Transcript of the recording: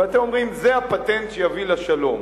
אבל אתם אומרים: זה הפטנט שיביא לשלום.